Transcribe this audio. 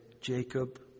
Jacob